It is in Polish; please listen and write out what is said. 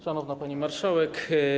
Szanowna Pani Marszałek!